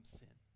sin